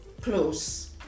close